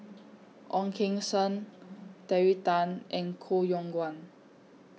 Ong Keng Sen Terry Tan and Koh Yong Guan